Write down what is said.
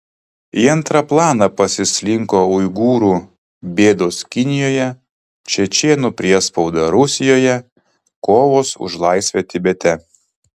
į antrą planą pasislinko uigūrų bėdos kinijoje čečėnų priespauda rusijoje kovos už laisvę tibete